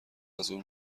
ازاون